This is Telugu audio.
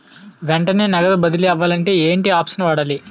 వెంటనే నగదు బదిలీ అవ్వాలంటే ఏంటి ఆప్షన్ వాడాలి?